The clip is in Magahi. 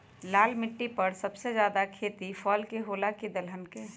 लाल मिट्टी पर सबसे ज्यादा खेती फल के होला की दलहन के?